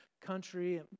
country